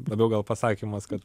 labiau gal pasakymas kad